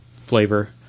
flavor